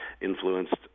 influenced